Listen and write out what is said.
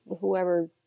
whoever